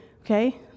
Okay